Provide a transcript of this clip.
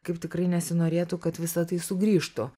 kaip tikrai nesinorėtų kad visa tai sugrįžtų